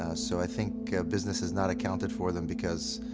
ah so, i think business has not accounted for them because,